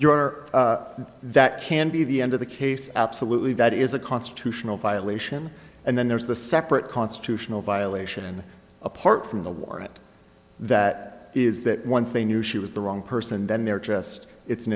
are that can be the end of the case absolutely that is a constitutional violation and then there's the separate constitutional violation and apart from the warrant that is that once they knew she was the wrong person then they're just it's an